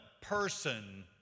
person